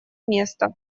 место